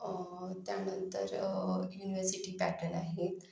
त्यानंतर university pattern आहे